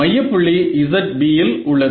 மையப் புள்ளி ZB இல் உள்ளது